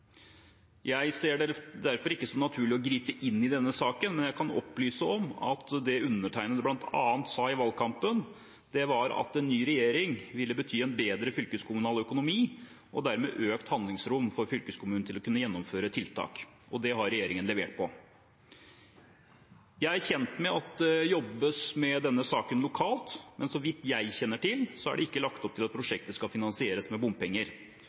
Jeg ser det derfor ikke som naturlig å gripe inn i denne saken, men jeg kan opplyse om at det undertegnede bl.a. sa i valgkampen, var at en ny regjering ville bety en bedre fylkeskommunal økonomi og dermed økt handlingsrom for fylkeskommunen til å kunne gjennomføre tiltak. Og det har regjeringen levert på. Jeg er kjent med at det jobbes med denne saken lokalt, men så vidt jeg kjenner til, er det ikke lagt opp til at prosjektet skal finansieres med bompenger.